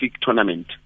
tournament